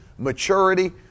maturity